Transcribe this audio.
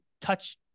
touch